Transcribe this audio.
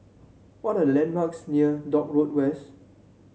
what are the landmarks near Dock Road West